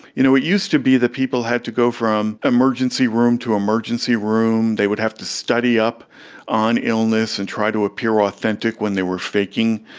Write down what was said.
you know, it used to be that people had to go from emergency room to emergency room, they would have to study up on illness and try to appear authentic when they were faking.